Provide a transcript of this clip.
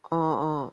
oh oh